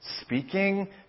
speaking